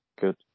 Good